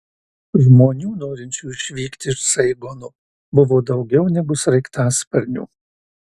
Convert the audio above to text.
žmonių norinčių išvykti iš saigono buvo daugiau negu sraigtasparnių